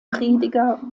prediger